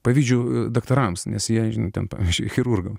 pavydžiu daktarams nes jie įtampą chirurgams